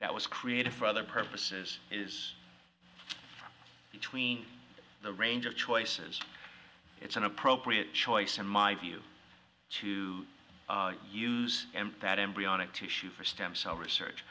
that was created for other purposes is between the range of choices it's an appropriate choice in my view to use that embryonic tissue for stem cell research